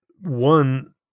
one